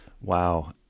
Wow